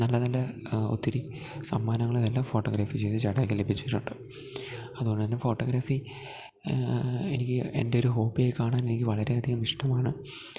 നല്ല നല്ല ഒത്തിരി സമ്മാനങ്ങളെല്ലാം ഫോട്ടോഗ്രാഫി ചെയ്ത് ചേട്ടായ്ക്ക് ലഭിച്ചിട്ടുണ്ട് അതുകൊണ്ട് തന്നെ ഫോട്ടോഗ്രാഫി എനിക്ക് എൻറ്റെയൊരു ഹോബിയായിക്കാണാൻ എനിക്ക് വളരെയധികമിഷ്ടമാണ്